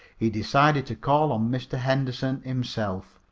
he decided to call on mr. henderson himself.